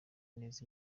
neza